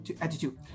attitude